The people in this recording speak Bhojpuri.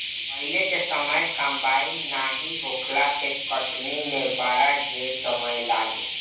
पहिले के समय कंबाइन नाइ होखला से कटनी में बड़ा ढेर समय लागे